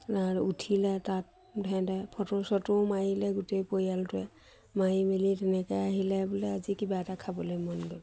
আৰু উঠিলে তাত সেহেঁতে ফটো চটোও মাৰিলে গোটেই পৰিয়ালটোৱে মাৰি মেলি তেনেকে আহিলে বোলে আজি কিবা এটা খাবলে মন গ'ল